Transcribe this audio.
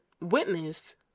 witness